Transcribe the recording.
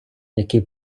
який